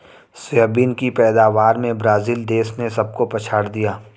soybean की पैदावार में ब्राजील देश ने सबको पछाड़ दिया